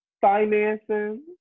financing